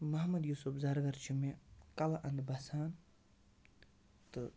محمد یوٗسُف ذَرگر چھُ مےٚ کَلہٕ اَندٕ بَسان تہٕ